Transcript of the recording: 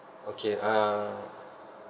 okay uh